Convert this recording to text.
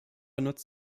nutzt